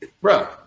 bro